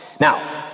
Now